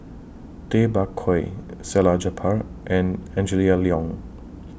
Tay Bak Koi Salleh Japar and Angela Liong